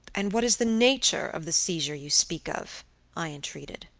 and what is the nature of the seizure you speak of i entreated.